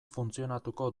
funtzionatuko